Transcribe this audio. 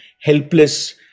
helpless